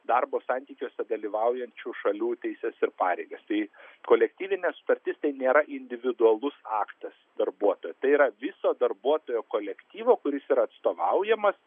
darbo santykiuose dalyvaujančių šalių teises ir pareigas tai kolektyvinė sutartis tai nėra individualus aktas darbuotojo tai yra viso darbuotojo kolektyvo kuris yra atstovaujamas